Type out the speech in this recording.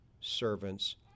servants